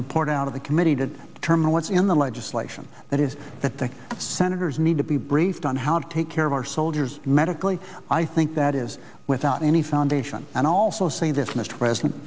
reported out of the committee did determine what's in the legislation that is that the senators need to be briefed on how to take care of our soldiers medically i think that is without any foundation and also say this mr president